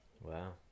Wow